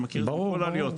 אתה מכיר את זה מכל העליות,